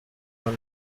hano